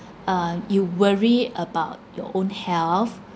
uh you worry about your own health